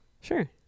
sure